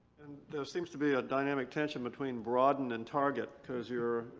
there seems to be a dynamic tension between broaden and target, because you're.